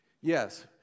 yes